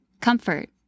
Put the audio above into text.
comfort